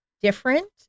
different